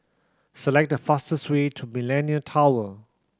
select the fastest way to Millenia Tower